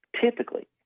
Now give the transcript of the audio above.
typically